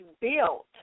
built